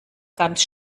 ganz